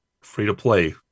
free-to-play